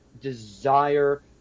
desire